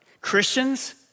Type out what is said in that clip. Christians